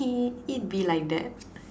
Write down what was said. hee it be like that